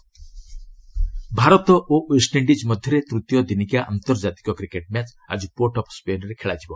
cricket India Bharat ଓ West Indies ମଧ୍ୟରେ ତୂତୀୟ ଦିନିକିଆ ଆନ୍ତର୍ଜାତିକ କ୍ରିକେଟ୍ ମ୍ୟାଚ୍ ଆଜି ପୋର୍ଟ ଅଫ୍ ସ୍କେନ୍ରେ ଖେଳାଯିବ